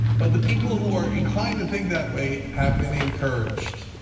but the people who are inclined to think that way have been encouraged.